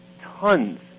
tons